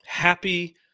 Happy